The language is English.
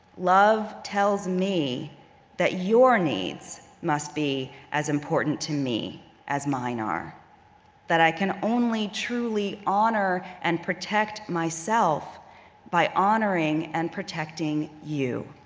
love tells me that your needs must be as important to me as mine are that i can only truly honor and protect myself by honoring and protecting you.